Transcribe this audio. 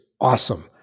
awesome